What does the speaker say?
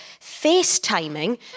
FaceTiming